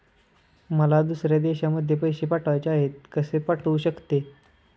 मला दुसऱ्या देशामध्ये पैसे पाठवायचे आहेत कसे पाठवू शकते?